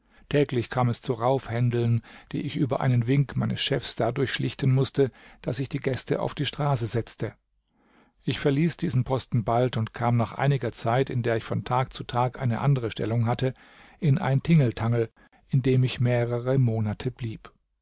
täglich kam es zu raufhändeln die ich über einen wink meines chefs dadurch schlichten mußte daß ich die gäste auf die straße setzte ich verließ diesen posten bald und kam nach einiger zeit in der ich von tag zu tag eine andere stellung hatte in ein tingeltangel in dem ich mehrere monate blieb